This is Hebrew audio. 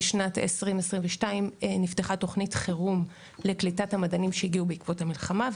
בשנת 2022 נפתחה תוכנית חירום לקליטת המדענים שהגיעו בעקבות המלחמה,